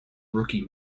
rookie